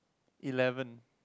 eleven